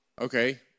Okay